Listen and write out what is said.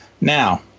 Now